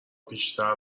بیشتر